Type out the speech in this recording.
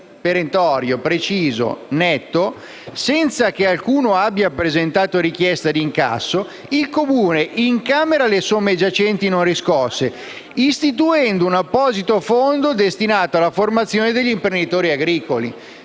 Trascorsi 180 giorni senza che alcuno abbia presentato richiesta di incasso, il Comune incamera le somme giacenti non riscosse istituendo un apposito fondo destinandolo alla formazione degli imprenditori agricoli.